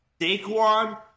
Saquon